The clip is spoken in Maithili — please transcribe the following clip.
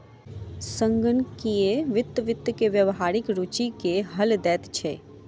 संगणकीय वित्त वित्त के व्यावहारिक रूचि के हल दैत अछि